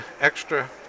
extra